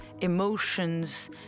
emotions